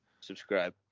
Subscribe